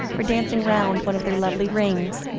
or dancing round one of their lovely rings.